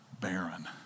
barren